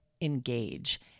engage